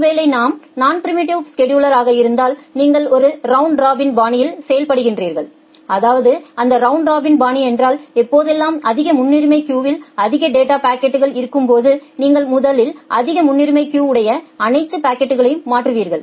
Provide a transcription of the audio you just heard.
ஒருவேளை நான் preemptive scheduler ஆக இருந்தால் நீங்கள் ஒரு ரவுண்ட் ராபின் பாணியில் செயல்படுகிறீர்கள்அதாவது அந்த ரவுண்ட் ராபின் பாணி என்றால் எப்பொழுதெல்லாம் அதிக முன்னுரிமை கியூவில் அதிக டேட்டா பாக்கெட்கள் இருக்கும் போது நீங்கள் முதலில் அதிக முன்னுரிமை கியூ உடைய அனைத்து பாக்கெட்களையும் மாற்றுவீர்கள்